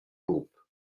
groupe